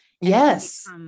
Yes